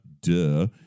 duh